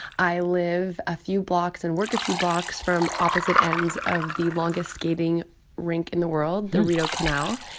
i live a few blocks and work a few blocks from opposite ends of the longest skating rink in the world the rideau canal.